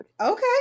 Okay